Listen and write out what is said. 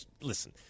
listen